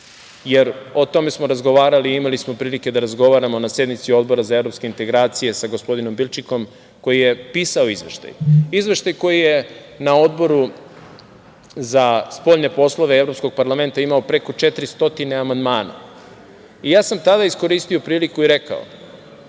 jer o tome smo razgovarali, imali smo prilike da razgovaramo na sednici Odbora za evropske integracije sa gospodinom Bilčikom, koji je pisao izveštaj. Izveštaj koji je na Odboru za spoljne poslove Evropskog parlamenta imao preko 400 amandmana. Ja sam tada iskoristio priliku i rekao,